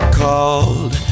called